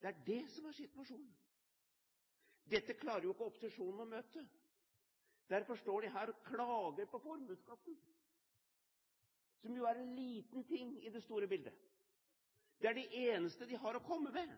Det er det som er situasjonen. Dette klarer ikke opposisjonen å møte. Derfor står de her og klager over formuesskatten, som jo er en liten ting i det store bildet. Det er det eneste de har å komme med